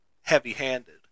heavy-handed